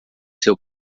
seu